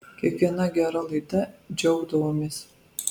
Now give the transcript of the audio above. kiekviena gera laida džiaugdavomės